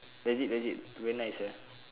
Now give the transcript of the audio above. legit legit very nice uh